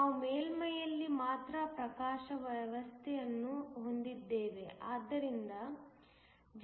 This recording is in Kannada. ನಾವು ಮೇಲ್ಮೈಯಲ್ಲಿ ಮಾತ್ರ ಪ್ರಕಾಶದ ವ್ಯವಸ್ಥೆಯನ್ನು ಹೊಂದಿದ್ದೇವೆ ಆದ್ದರಿಂದ Gph 0